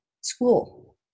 school